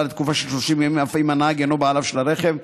לתקופה של 30 ימים אף אם הנהג אינו בעליו של הרכב,